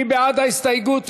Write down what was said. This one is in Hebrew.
מי בעד ההסתייגות?